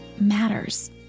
matters